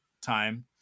time